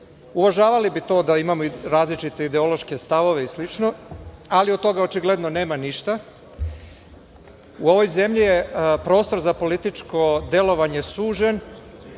uvažavali bi to da imamo različite ideološke stavove i slično, ali od toga očigledno nema ništa.U ovoj zemlji je prostor za političko delovanje sužen,